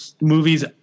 movies